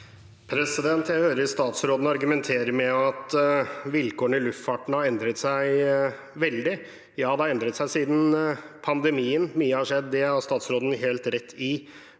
Jeg hører statsråd- en argumenterer med at vilkårene i luftfarten har endret seg veldig. Ja, de har endret seg siden pandemien. Mye har skjedd, det har statsråden helt rett i.